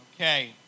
Okay